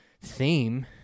theme